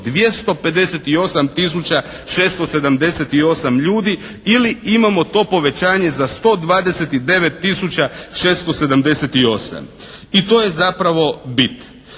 678 ljudi. Ili imamo to povećanje za 129 tisuća 678. I to je zapravo bit.